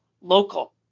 local